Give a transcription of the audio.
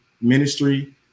ministry